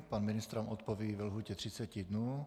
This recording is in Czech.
Pan ministr vám odpoví ve lhůtě 30 dnů.